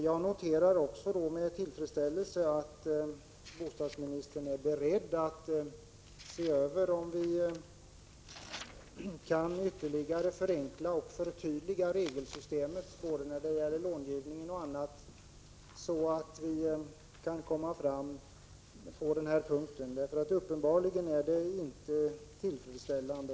Jag noterar med tillfredsställelse att bostadsministern är beredd att överväga om regelsystemet kan ytterligare förenklas och förtydligas med avseende på bl.a. långivningen, där reglerna uppenbarligen inte är tillfredsställande.